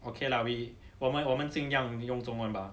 okay lah we 我们我们尽量用中文吧